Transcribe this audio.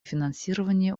финансирования